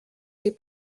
ses